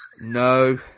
No